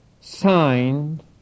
signed